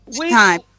time